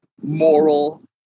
moral